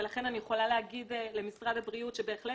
ולכן אני יכולה להגיד למשרד הבריאות שבהחלט